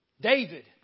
David